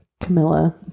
camilla